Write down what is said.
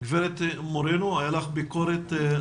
גברת מורנו, הייתה לך ביקורת.